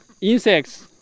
Insects